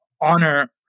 honor